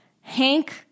Hank